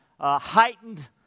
heightened